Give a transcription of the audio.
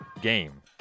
game